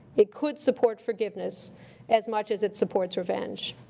it could support forgiveness as much as it supports revenge.